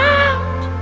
out